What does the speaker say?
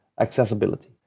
accessibility